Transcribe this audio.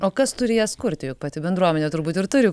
o kas turi jas kurti juk pati bendruomenė turbūt ir turi